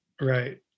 Right